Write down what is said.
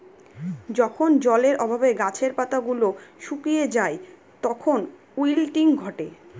যখন জলের অভাবে গাছের পাতা গুলো শুকিয়ে যায় তখন উইল্টিং ঘটে